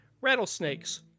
rattlesnakes